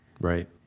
Right